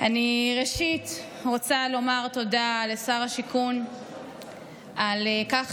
אני רוצה לומר תודה לשר השיכון על כך